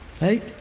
Right